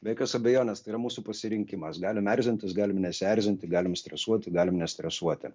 be jokios abejonės tai yra mūsų pasirinkimas galim erzintis galim nesierzinti galim stresuoti galim nestresuoti